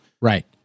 Right